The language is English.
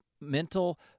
mental